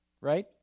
right